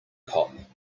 cop